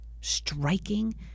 striking